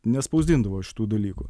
nespausdindavo iš tų dalykų